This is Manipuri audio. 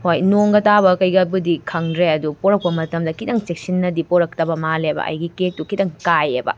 ꯍꯣꯏ ꯅꯣꯡꯒ ꯇꯥꯕ ꯀꯩꯒꯥꯕꯨꯗꯤ ꯈꯪꯗ꯭ꯔꯦ ꯑꯗꯨ ꯄꯣꯔꯛꯄ ꯃꯇꯝꯗ ꯈꯤꯇꯪ ꯆꯦꯛꯁꯤꯟꯅ ꯄꯨꯔꯛꯇꯕ ꯃꯥꯟꯂꯦꯕ ꯑꯩꯒꯤ ꯀꯦꯛꯇꯨ ꯈꯤꯇꯪ ꯀꯥꯏꯌꯦꯕ